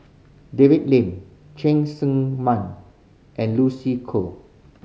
David Lim Cheng Tsang Man and Lucy Koh